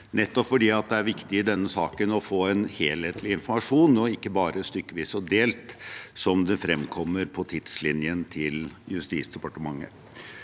nettopp fordi det i denne saken er viktig å få helhetlig informasjon – ikke bare stykkevis og delt, som den fremkommer på tidslinjen til Justisdepartementet.